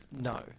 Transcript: No